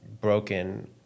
broken